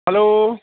hello